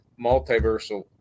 multiversal